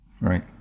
right